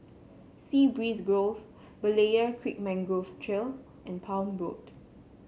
Sea Breeze Grove Berlayer Creek Mangrove Trail and Palm Road